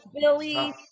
Billy